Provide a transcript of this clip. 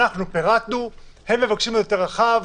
אנחנו פירטנו, הם מבקשים יותר רחב.